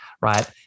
right